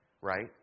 right